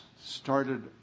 started